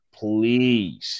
Please